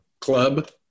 club